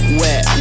wet